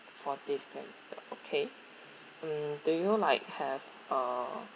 forty square uh okay